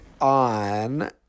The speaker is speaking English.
on